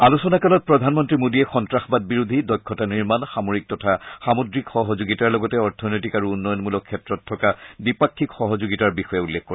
আলোচনা কালত প্ৰধানমন্ত্ৰী মোডীয়ে সন্তাসবাদ বিৰোধী দক্ষতা নিৰ্মাণ সামৰিক তথা সামুদ্ৰিক সহযোগিতাৰ লগতে অৰ্থনৈতিক আৰু উন্নয়নমূলক ক্ষেত্ৰত থকা দ্বিপাক্ষিক সহযোগিতাৰ বিষয়ে উল্লেখ কৰে